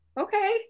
okay